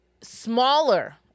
smaller